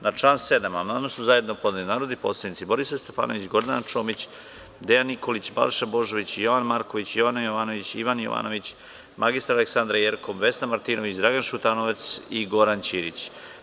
Na član 7. amandman su zajedno podneli narodni poslanici Borislav Stefanović, Gordana Čomić, Dejan Nikolić, Balša Božović, Jovan Marković, Jovana Jovanović, Ivan Jovanović, mr Aleksandra Jerkov, Vesna Martinović, Dragan Šutanovac i Goran Ćirić.